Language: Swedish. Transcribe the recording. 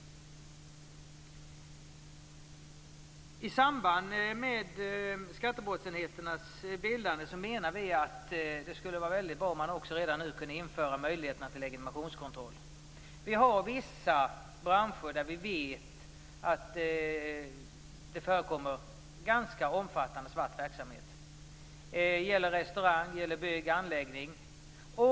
Vi menar att det skulle vara väldigt bra om man i samband med skattebrottsenheternas bildande redan nu kunde införa möjligheter till legitimationskontroll. Vi har vissa branscher där vi vet att det förekommer en ganska omfattande svart verksamhet. Det gäller restauranger och bygg och anläggningsföretag.